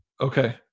Okay